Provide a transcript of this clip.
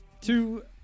two